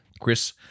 Chris